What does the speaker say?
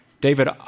David